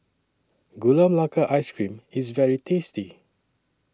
Gula Melaka Ice Cream IS very tasty